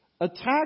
Attack